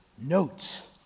notes